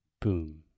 Boom